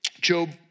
Job